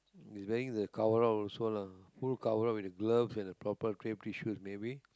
he's wearing the coverall also lah full coverall with the gloves and a proper tissues maybe